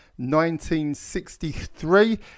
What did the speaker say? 1963